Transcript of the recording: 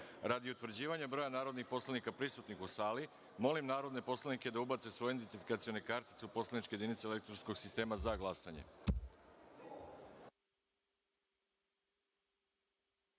utvrđivanja broja narodnih poslanika prisutnih u sali, molim narodne poslanike da ubace svoje identifikacione kartice u poslaničke jedinice elektronskog sistema za